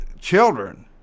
children